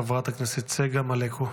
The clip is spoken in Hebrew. אחריו, חברת הכנסת צגה מלקו.